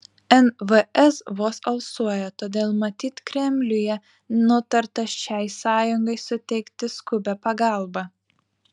nvs vos alsuoja todėl matyt kremliuje nutarta šiai sąjungai suteikti skubią pagalbą